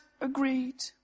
agreed